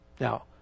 Now